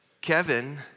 Kevin